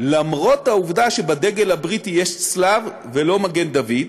למרות העובדה שבדגל הבריטי יש צלב ולא מגן דוד,